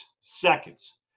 seconds